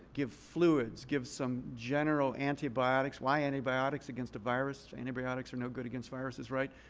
give fluids, give some general antibiotics? why antibiotics against a virus? antibiotics are no good against viruses. right?